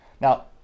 Now